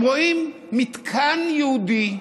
הם רואים מתקן יהודי,